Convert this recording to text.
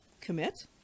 commit